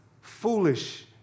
foolish